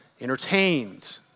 entertained